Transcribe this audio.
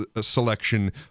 selection